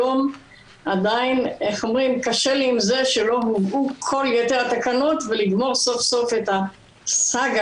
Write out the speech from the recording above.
עדיין קשה לי עם זה שלא הובאו כל יתר התקנות ולגמור סוף-סוף את הסגה